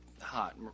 hot